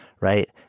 right